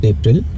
April